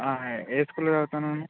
ఆ ఏ స్కూల్లో చదువుతున్నావు నువ్వు